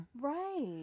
Right